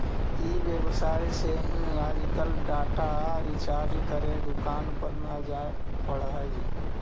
ई व्यवसाय से ही आजकल डाटा रिचार्ज करे दुकान पर न जाए पड़ऽ हई